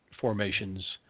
formations